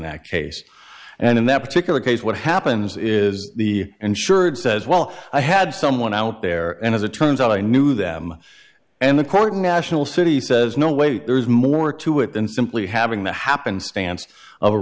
that case and in that particular case what happens is the insured says well i had someone out there and as it turns out i knew them and the court national city says no wait there's more to it than simply having the happenstance of a